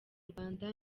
rwanda